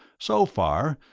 so far,